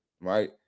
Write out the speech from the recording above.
right